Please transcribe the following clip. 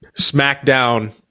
Smackdown